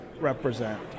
represent